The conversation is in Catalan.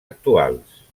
actuals